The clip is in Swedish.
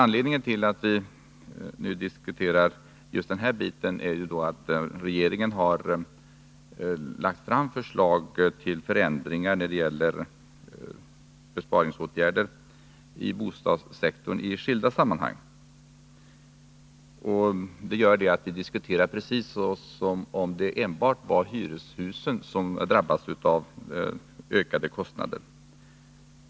Anledningen till vår diskussion just nu är att regeringen har lagt fram förslag till förändringar när det gäller besparingsåtgärder i skilda sammanhang inom bostadssektorn. Vi diskuterar precis som om det enbart var hyreshus som drabbades av ökade kostnader.